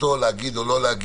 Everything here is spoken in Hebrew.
זכותו להגיד או לא להגיד.